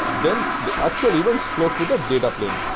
then the actual events flow through the data plane.